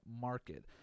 market